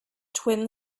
twin